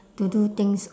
to do things